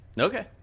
Okay